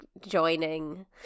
joining